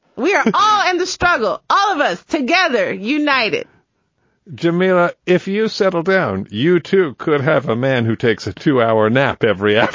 we are all in and this struggle, all of us together united djamila. if you settle down, you two could have a man who takes a two hour nap every yeah